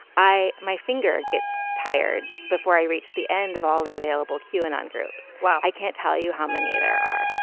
i my finger gets tired before i reach the end of all the available. q and on groups. well, i can't tell you how many there are.